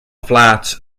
flats